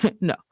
no